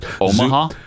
Omaha